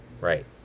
Right